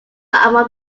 among